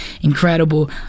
incredible